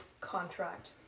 contract